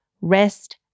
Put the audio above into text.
rest